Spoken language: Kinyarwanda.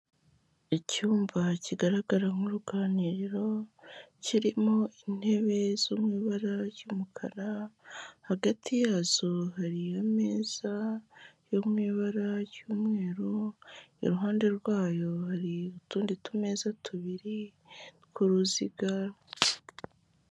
Icyumba kigaragara nk'uruganiriro, kirimo intebe zo mu ibara ry'umukara, hagati yazo hari ameza yo mu ibara ry'umweru, iruhande rwayo hari utundi tumeza tubiri tw'uruziga.